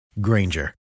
Granger